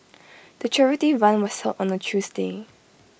the charity run was held on A Tuesday